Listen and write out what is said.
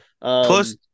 Plus